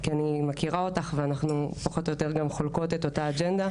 כי אני מכירה אותך ואנחנו פחות או יותר גם חולקות את אותה אג'נדה